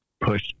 push